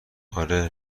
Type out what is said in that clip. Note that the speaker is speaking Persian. آره